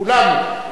כולנו.